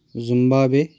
Zimbabwe